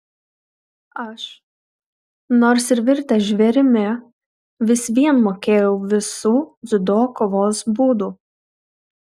aš nors ir virtęs žvėrimi vis vien mokėjau visų dziudo kovos būdų